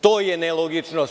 To je nelogičnost.